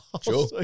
sure